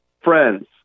friends